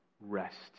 rest